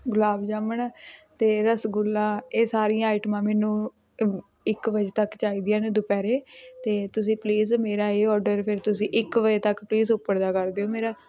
ਗੁਲਾਬ ਜਾਮਣ ਅਤੇ ਰਸਗੁੱਲਾ ਇਹ ਸਾਰੀਆਂ ਆਈਟਮਾਂ ਮੈਨੂੰ ਇੱਕ ਵਜੇ ਤੱਕ ਚਾਹੀਦੀਆਂ ਨੇ ਦੁਪਹਿਰੇ ਅਤੇ ਤੁਸੀਂ ਪਲੀਜ਼ ਮੇਰਾ ਇਹ ਔਡਰ ਫਿਰ ਤੁਸੀਂ ਇੱਕ ਵਜੇ ਤੱਕ ਪਲੀਜ਼ ਉਪੜਦਾ ਕਰ ਦਿਓ ਮੇਰਾ